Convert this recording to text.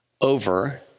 over